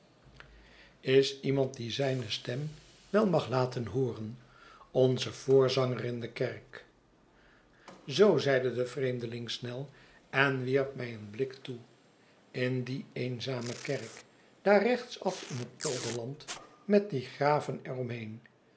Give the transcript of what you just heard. is iemand die zijne stem wel mag laten hooren onze voorzanger in de kerk zoo zeide de vreemdeling snel en wierp mij een blik toe in die eenzame kerk daar rechtsaf in het polderland met die graven